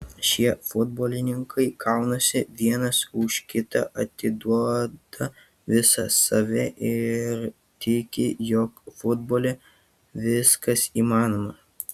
šie futbolininkai kaunasi vienas už kitą atiduoda visą save ir tiki jog futbole viskas įmanoma